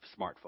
smartphone